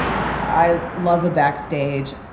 i love a backstage.